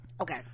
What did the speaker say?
okay